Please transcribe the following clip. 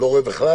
לא רואה בכלל?